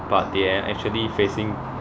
but they are actually facing